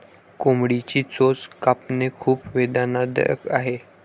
कोंबडीची चोच कापणे खूप वेदनादायक आहे